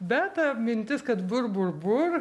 bet ta mintis kad bur bur bur